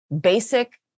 basic